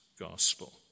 gospel